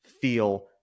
feel